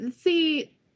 see